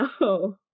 no